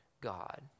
god